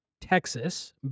Texas